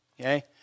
okay